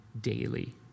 daily